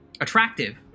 attractive